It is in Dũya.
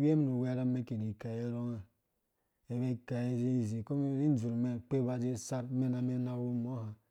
hwem nũ ghwerham mɛn kinĩ kei urhɔngã ko mɛn kindzurh mɛn kpɛ ba dze sarh amɛnamɛ nahu mɔha